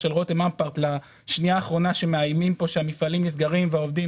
לשנייה האחרונה שמאיימים שהמפעלים נסגרים והעובדים